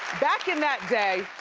back in that day,